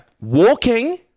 walking